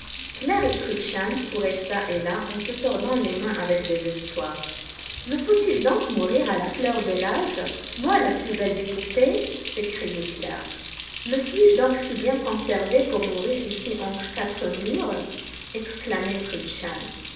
claire et trudchen couraient çà et là en se tordant les mains avec désespoir me faut-il donc mourir à la fleur de l'âge moi la plus belle des poupées s'écriait claire me suis-je donc si bien conservée pour mourir ici entre quatre murs exclamait trudchen